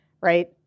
right